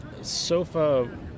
SOFA